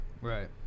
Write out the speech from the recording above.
right